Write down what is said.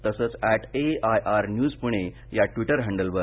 तसंच at AIR news Pune या Twitter हँडलवर